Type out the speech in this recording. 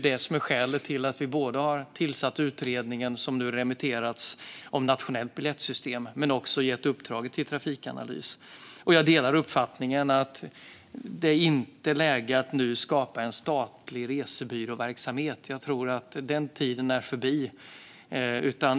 Det är skälet till att vi både har tillsatt utredningen som nu remitterats om nationellt biljettsystem och gett uppdraget till Trafikanalys. Jag delar uppfattningen att det inte är läge att nu skapa en statlig resebyråverksamhet. Jag tror att den tiden är förbi.